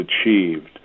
achieved